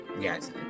Yes